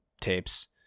tapes